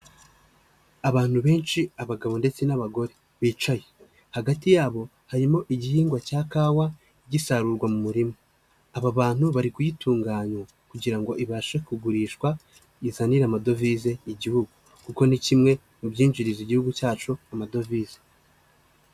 Abantu benshi abagabo ndetse n'abagore bicaye, hagati yabo harimo igihingwa cya kawa gisarurwa mu murima. Aba bantu bari kuyitunganya kugira ngo ibashe kugurishwa izanira amadovize igihugu, kuko ni kimwe mu byinjiriza igihugu cyacu amadovize.